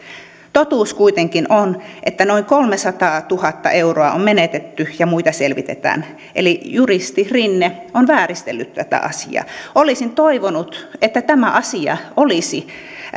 totuus kuitenkin on että noin kolmesataatuhatta euroa on menetetty ja muita selvitetään eli juristi rinne on vääristellyt tätä asiaa olisin toivonut että tämä asia olisi